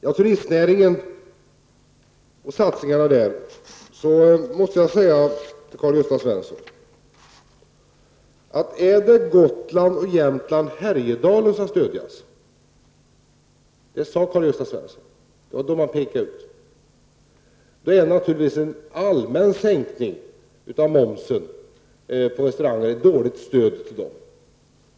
Beträffande satsningarna på turistnäringen måste jag säga till Karl-Gösta Svenson att är det Gotland, Jämtland och Härjedalen som skall stödjas, det var dessa som han nämnde, är naturligtvis en allmän sänkning av momsen på restauranger ett dåligt stöd för dem.